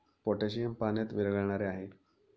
potassium पाण्यात विरघळणारे आहे